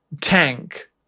tank